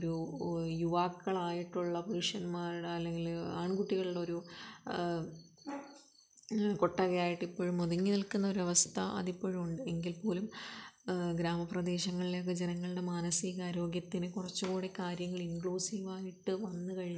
ഒരു യുവാക്കളായിട്ടുള്ള പുരുഷന്മാരുടെ അല്ലെങ്കിൽ ആൺകുട്ടികളുടെ ഒരു കൊട്ടകയായിട്ടിപ്പോഴും ഒതുങ്ങി നിൽക്കുന്നൊരു അവസ്ഥ അതിപ്പോഴും ഉണ്ട് എങ്കിൽ പോലും ഗ്രാമപ്രദേശങ്ങളിലൊക്കെ ജനങ്ങളുടെ മാനസിക ആരോഗ്യത്തിന് കുറച്ചുകൂടി കാര്യങ്ങൾ ഇബ്രൂസീവായിട്ട് വന്ന് കഴിഞ്ഞ്